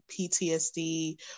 PTSD